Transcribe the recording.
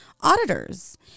auditors